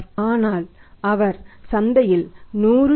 ஆனால் அவர் சந்தையில் 100 T